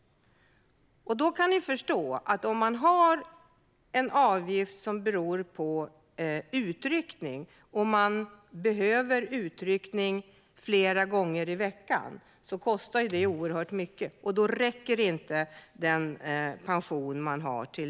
Ni kan då förstå att om man betalar per utryckning, och man behöver utryckning flera gånger i veckan, kan det bli oerhört mycket. Då räcker inte pensionen.